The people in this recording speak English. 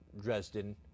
Dresden